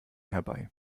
herbei